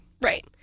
Right